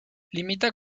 limita